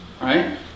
right